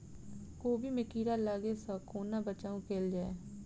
कोबी मे कीड़ा लागै सअ कोना बचाऊ कैल जाएँ?